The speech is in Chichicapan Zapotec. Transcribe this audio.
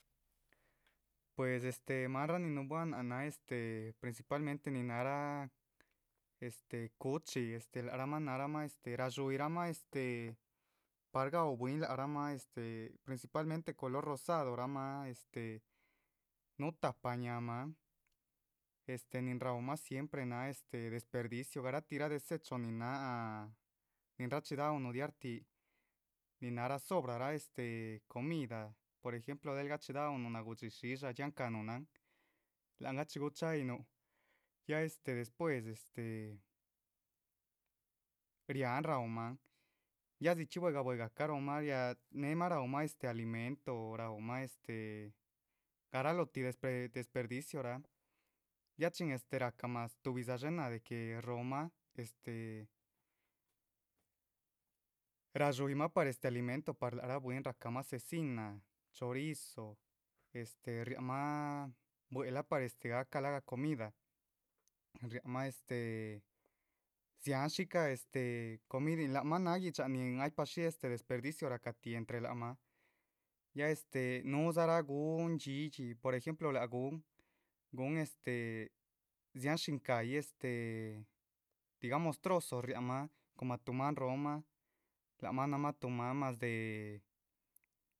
Pues este máanra nin núhunbuahan náac náharah principalmente este ninn- náhrah este cuchi este lác rah mha náharamah radxuyihramah este par gaú bwín lác ramah este. principalmente color rosado narahmah este, núhu tahpa ñáhaamah, este nin raúmah siempre náha desperdicio garatihra desecho nin náha nin rachi daúnuh diartih. nin náhrah sobrara este comida, por ejemplo del gchidaúnuh nagudxí shídsha dxiáhancah núhunahn láhan gachiguhu cha´yinuh, ya este despúes este riáhan raúmahn. ya dzichxí buegah buegah caróhmah rianéhemah este alimento, raúmah este garalohotih despe desperdicioraa ya chin este rahca más tuhbídza dshéhe náha de que róho mah. este radxuyímah par este alimento par lác rah bwínraa rahcamah cecina, chorizo, este riáhamah buehla par este gahca lahga comida, riáhamah este. dziáhan shíca este comidin lác mah námah gui´dxa nin ay shí este desperdicio rahcatih entre lac mah ya este núhudzarah gun, dhxídhxi, por ejemplo lác gun. gun este, dziahan shíncayih este digamos trozo riáhamahh coma tuh maan róhomah, lac mah náhamah tuh man más de